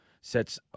sets